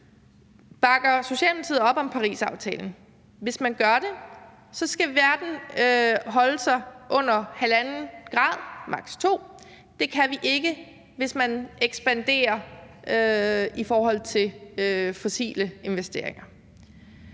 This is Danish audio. Bakker Socialdemokratiet op om Parisaftalen? Hvis man gør det, skal verden holde sig under 1,5 eller maks. 2 graders temperaturstigning, og det kan vi ikke, hvis man ekspanderer i forhold til fossile investeringer.